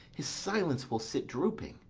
his silence will sit drooping.